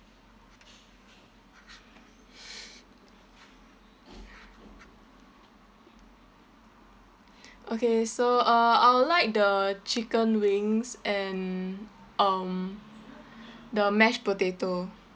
okay so uh I would like the chicken wings and um the mashed potato